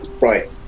right